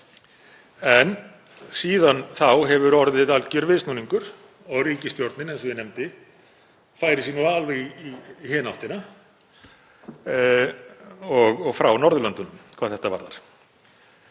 En síðan þá hefur orðið algjör viðsnúningur og ríkisstjórnin, eins og ég nefndi, færir sig nú alveg í hina áttina og frá Norðurlöndunum hvað þetta varðar.